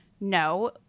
no